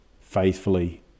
faithfully